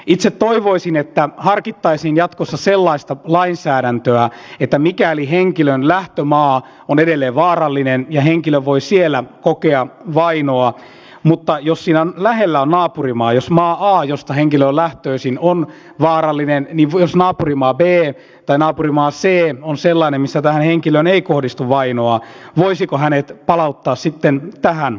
itse toivoisin että harkittaisiin jatkossa sellaista lainsäädäntöä että mikäli henkilön lähtömaa on edelleen vaarallinen ja henkilö voi siellä kokea vainoa mutta jos siinä lähellä on naapurimaa jos maa a josta henkilö on lähtöisin on vaarallinen niin jos naapurimaa b tai naapurimaa c on sellainen missä tähän henkilöön ei kohdistu vainoa voisiko hänet palauttaa sitten tähän valtioon